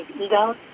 ego